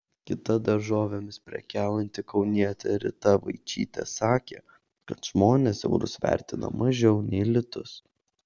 kita daržovėmis prekiaujanti kaunietė rita vaičytė sakė kad žmonės eurus vertina mažiau nei litus